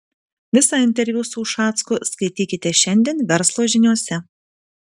visą interviu su ušacku skaitykite šiandien verslo žiniose